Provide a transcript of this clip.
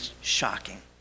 shocking